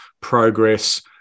progress